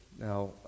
Now